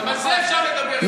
גם על זה אפשר לדבר, אם אתה רוצה.